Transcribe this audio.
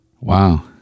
Wow